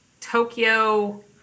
Tokyo